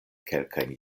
kelkajn